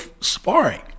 sparring